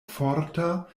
forta